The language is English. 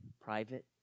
Private